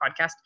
podcast